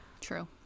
true